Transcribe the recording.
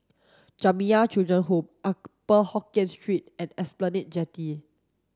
Jamiyah Children's Home Upper Hokkien Street and Esplanade Jetty